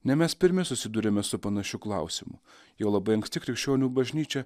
ne mes pirmi susiduriame su panašiu klausimu jau labai anksti krikščionių bažnyčia